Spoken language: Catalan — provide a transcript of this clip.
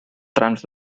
trams